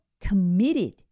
committed